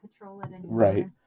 right